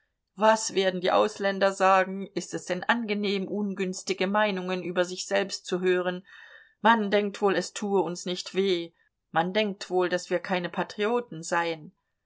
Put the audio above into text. was werden die ausländer sagen ist es denn angenehm ungünstige meinungen über sich selbst zu hören man denkt wohl es tue uns nicht weh man denkt wohl daß wir keine patrioten seien